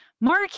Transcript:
Mark